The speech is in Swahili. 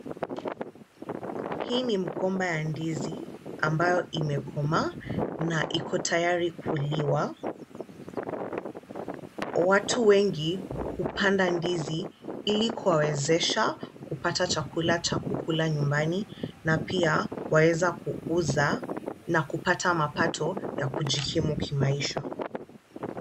Hii ni mgomba ya ndizi ambayo imekomaa na iko tayari kuliwa. Watu wengi hupanda ndizi ili kuwawezesha kupata chakula cha kukula nyumbani na pia waweza kuuza na kupata mapato ya kujikimu kimaisha.